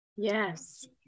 Yes